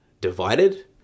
divided